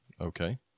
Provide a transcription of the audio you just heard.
Okay